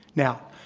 now,